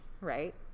right